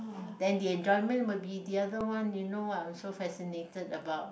then enjoyment would be the other one you know what I'm so fascinated about